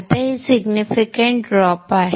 आता ही significant drop आहे